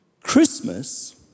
Christmas